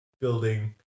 building